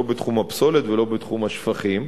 לא בתחום הפסולת ולא בתחום השפכים,